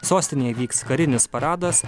sostinėje įvyks karinis paradas